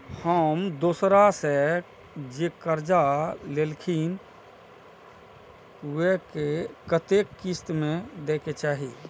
हम दोसरा से जे कर्जा लेलखिन वे के कतेक किस्त में दे के चाही?